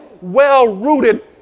well-rooted